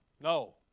No